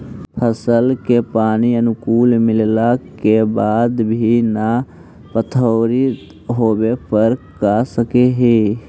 फसल के पानी अनुकुल मिलला के बाद भी न बढ़ोतरी होवे पर का कर सक हिय?